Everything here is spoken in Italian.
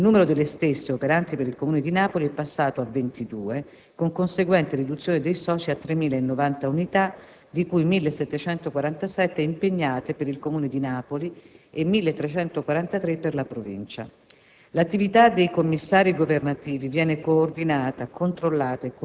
A seguito dell'attivazione delle procedure di liquidazione per 3 cooperative, il numero delle stesse operanti per il Comune di Napoli è passato a 22, con conseguente riduzione dei soci a 3.090 unità, di cui 1.747 impegnate per il Comune di Napoli e 1.343 per la Provincia.